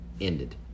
ended